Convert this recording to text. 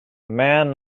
man